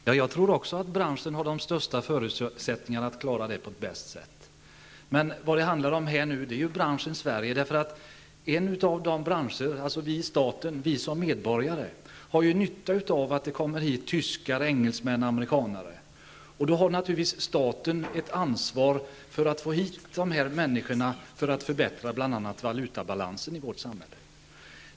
Fru talman! Jag tror också att branschen har de största förutsättningarna att klara detta bäst. Men vad det nu handlar om är branschen Sverige, därför att staten och vi som medborgare har ju nytta av att tyskar, engelsmän och amerikaner kommer hit. Då har naturligtvis staten ett ansvar för att få hit dessa människor, bl.a. för att förbättra valutabalansen i vårt samhälle.